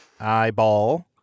eyeball